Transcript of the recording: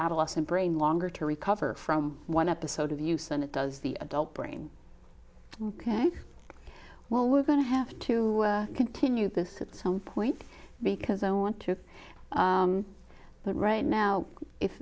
adolescent brain longer to recover from one episode of use than it does the adult brain ok well we're going to have to continue this at some point because i want to but right now if